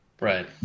Right